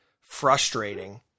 frustrating